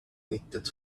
knitted